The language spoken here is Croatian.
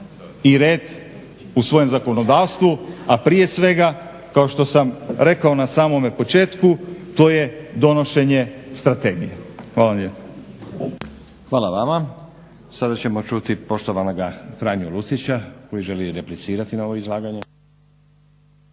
i red u svojem zakonodavstvu a prije svega kao što sam rekao na samome početku to je donošenje strategije. Hvala vam lijepo. **Stazić, Nenad (SDP)** Hvala vama. Sada ćemo čuti poštovanoga Franju Lucića koji želi replicirati na ovo izlaganje.